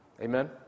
Amen